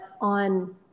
on